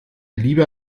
lieber